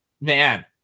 Man